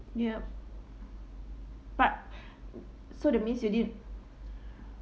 yup but so that means you did